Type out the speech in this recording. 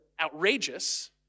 outrageous